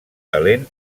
talent